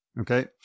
Okay